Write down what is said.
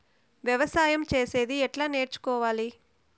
వ్యవసాయం చేసేది ఎట్లా నేర్చుకోవాలి?